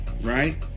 Right